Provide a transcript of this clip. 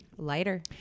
lighter